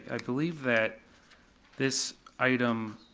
i believe that this item,